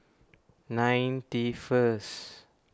ninety first